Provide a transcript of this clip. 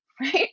right